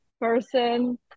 person